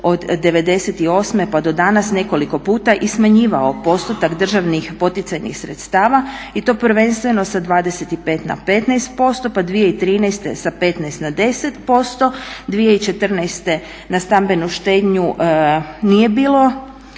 od '98. pa do danas nekoliko puta i smanjivao postotak državnih poticajnih sredstava i to prvenstveno sa 25 na 15%, pa 2013. sa 15 na 10%, 2014. na stambenu štednju nije bilo